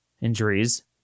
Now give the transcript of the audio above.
injuries